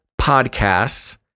Podcasts